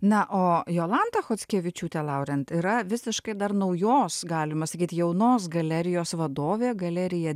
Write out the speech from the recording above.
na o jolanta chockevičiūtė laurent yra visiškai dar naujos galima sakyt jaunos galerijos vadovė galerija